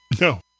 No